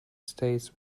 states